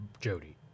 Jody